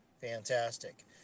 fantastic